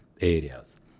Areas